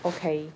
okay